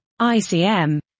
ICM